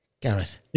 Gareth